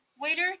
Waiter